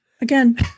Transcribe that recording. Again